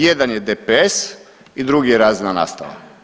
Jedan je DPS i drugi je razredna nastava.